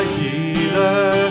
healer